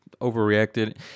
overreacted